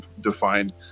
defined